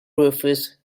rufous